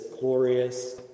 glorious